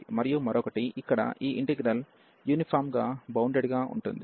మరియు మరొకటి ఇక్కడ ఈ ఇంటిగ్రల్ యూనిఫామ్ గా బౌండెడ్ గా ఉంటుంది